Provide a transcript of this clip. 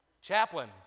Chaplain